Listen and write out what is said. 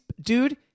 dude